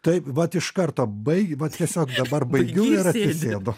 taip vat iš karto baig vat tiesiog dabar baigiu ir atsisėdu